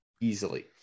Easily